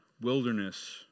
wilderness